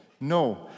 No